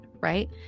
Right